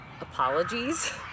apologies